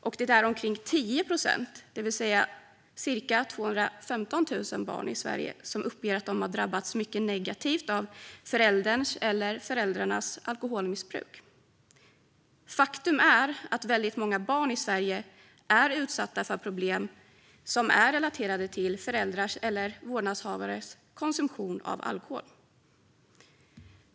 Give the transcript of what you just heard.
Och det är omkring 10 procent, det vill säga cirka 215 000 barn i Sverige, som uppger att de har drabbats mycket negativt av förälderns eller föräldrarnas alkoholmissbruk. Faktum är att väldigt många barn i Sverige är utsatta för problem som är relaterade till föräldrars eller vårdnadshavares konsumtion av alkohol.